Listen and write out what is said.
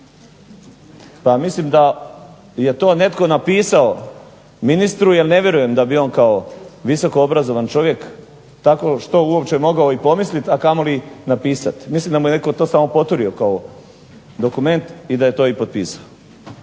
Pa mislim da je to netko napisao ministru, jer ne vjerujem da bi on kao visoko obrazovan čovjek takovo što uopće mogao i pomisliti, a kamoli napisati. Mislim da mu je netko to samo poturio kao dokument i da je to i potpisao.